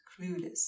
clueless